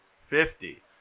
fifty